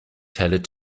tailored